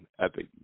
Epic